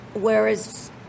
whereas